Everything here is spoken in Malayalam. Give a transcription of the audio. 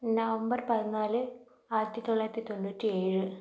നവംബർ പതിനാല് ആയിരത്തിത്തൊള്ളായിരത്തി തൊണ്ണൂറ്റി ഏഴ്